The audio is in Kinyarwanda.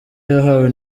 yahawe